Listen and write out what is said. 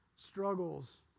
Struggles